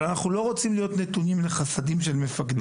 אנחנו לא רוצים להיות נתונים לחסדי מפקדים.